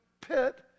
pit